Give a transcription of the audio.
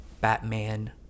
Batman